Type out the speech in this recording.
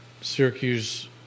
Syracuse